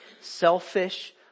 Selfish